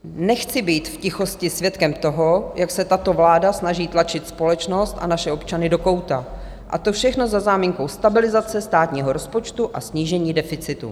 Nechci být v tichosti svědkem toho, jak se tato vláda snaží tlačit společnost a naše občany do kouta a to všechno pod záminkou stabilizace státního rozpočtu a snížení deficitu.